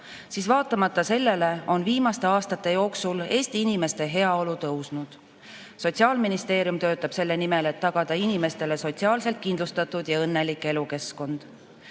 on vaatamata sellele viimaste aastate jooksul Eesti inimeste heaolu tõusnud. Sotsiaalministeerium töötab selle nimel, et tagada inimestele sotsiaalselt kindlustatud ja õnnelik